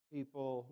People